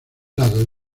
lado